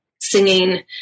singing